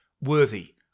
worthy